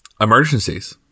emergencies